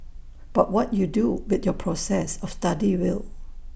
but what you do with your process of study will